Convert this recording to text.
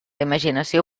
imaginació